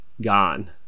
gone